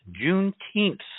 juneteenth